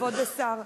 כבוד השר,